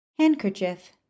Handkerchief